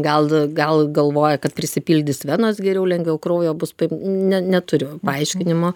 gal gal galvoja kad prisipildys venos geriau lengviau kraujo bus ne neturiu paaiškinimo